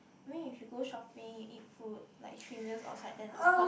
in mean if you go shopping eat food like three meals outside then of course